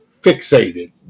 fixated